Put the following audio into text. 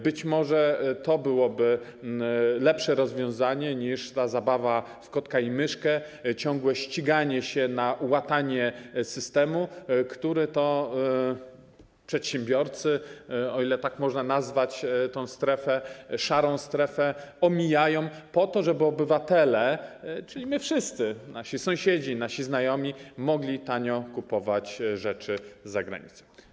Być może to byłoby lepsze rozwiązanie niż zabawa w kotka i myszkę, ciągłe ściganie się w kwestii łatania systemu, który przedsiębiorcy - o ile tak można nazwać tę strefę, szarą strefę - omijają po to, żeby obywatele, czyli my wszyscy, nasi sąsiedzi, nasi znajomi, mogli tanio kupować rzeczy za granicą.